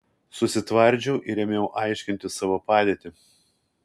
susitvardžiau ir ėmiau aiškinti savo padėtį